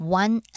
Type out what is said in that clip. one